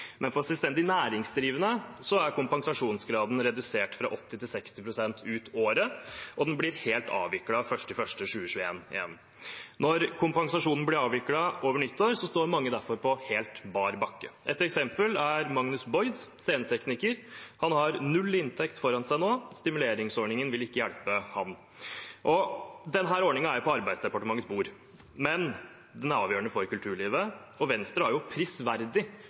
men for selvstendig næringsdrivende er kompensasjonsgraden redusert fra 80 pst. til 60 pst. ut året, og den blir helt avviklet 1. januar 2021. Når kompensasjonen blir avviklet over nyttår, står mange derfor på helt bar bakke. Et eksempel er Magnus Boyd, som er scenetekniker. Han har null i inntekt foran seg nå – stimuleringsordningen vil ikke hjelpe ham. Denne ordningen er jo på Arbeids- og sosialdepartementets bord, men den er avgjørende for kulturlivet, og Venstre har prisverdig